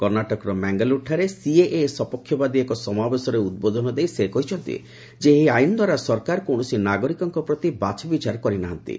କର୍ଣ୍ଣାଟକର ମାଙ୍ଗାଲୁରୁଠାରେ ସିଏଏ ସପକ୍ଷବାଦୀ ଏକ ସମାବେଶରେ ଉଦ୍ବୋଧନ ଦେଇ ସେ କହିଛନ୍ତି ଯେ ଏହି ଆଇନ୍ ଦ୍ୱାରା ସରକାର କୌଣସି ନାଗରିକଙ୍କ ପ୍ରତି ବାଛ ବିଚାର କରିନାହାନ୍ତି